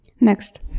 Next